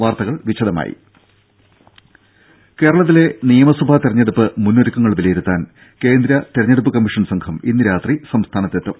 വാർത്തകൾ വിശദമായി കേരളത്തിലെ നിയമസഭാ തെരഞ്ഞെടുപ്പ് മുന്നൊരുക്കങ്ങൾ വിലയിരുത്താൻ കേന്ദ്ര തെരഞ്ഞെടുപ്പ് കമ്മീഷൻ സംഘം ഇന്ന് രാത്രി സംസ്ഥാനത്തെത്തും